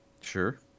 sure